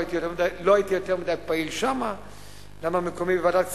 לא הייתי יותר מדי פעיל שם כי מקומי בוועדת הכספים.